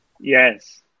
Yes